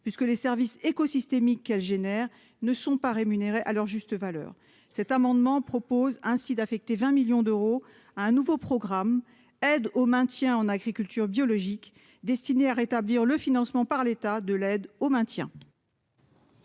puisque les services éco-écosystémique qu'elle génère, ne sont pas rémunérés à leur juste valeur cet amendement propose ainsi d'affecter 20 millions d'euros à un nouveau programme, aide au maintien en agriculture biologique destiné à rétablir le financement par l'état de l'aide au maintien.